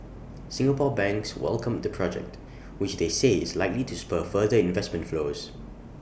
Singapore banks welcomed the project which they say is likely to spur further investment flows